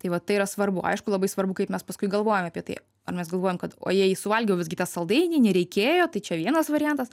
tai vat tai yra svarbu aišku labai svarbu kaip mes paskui galvojam apie tai ar mes galvojam kad o jei suvalgiau visgi tą saldainį nereikėjo tai čia vienas variantas